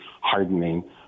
hardening